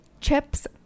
chips